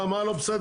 מה, מה לא בסדר?